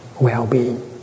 well-being